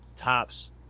tops